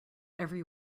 every